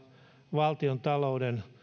valtiontalouden